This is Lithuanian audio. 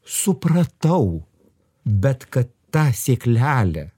supratau bet kad ta sėklelė